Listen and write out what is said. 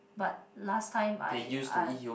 but last time I I